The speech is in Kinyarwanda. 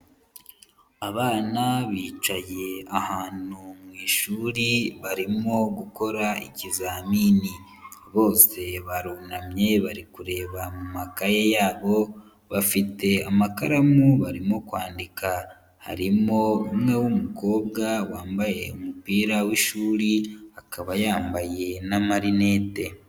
Abana bicaye ahantu mu shuri barimo gukora ikizamini, bose barunamye bari kureba mu makaye yabo bafite amakaramu barimo kwandika. Harimo umwe w'umukobwa wambaye umupira w'ishuri akaba yambaye n'amarinete.